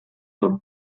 not